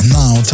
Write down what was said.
now